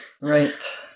Right